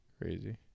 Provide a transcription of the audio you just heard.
Crazy